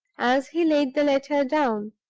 as he laid the letter down.